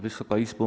Wysoka Izbo!